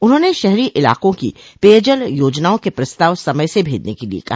उन्होंने शहरी इलाकों की पेयजल योजनाओं के प्रस्ताव समय से भेजने के लिये कहा